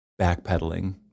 backpedaling